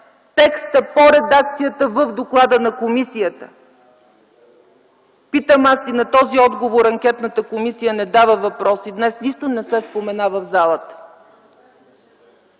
текста по редакцията в доклада на комисията. Питам аз, и на този въпрос анкетната комисия не дава отговор, и днес нищо не се спомена в залата.